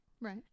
Right